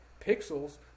pixels